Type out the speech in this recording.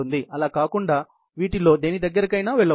అలాకాకుండా వీటిలో దేనిదగ్గరికైనా వెళ్ళవచ్చు